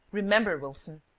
remember, wilson,